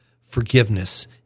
forgiveness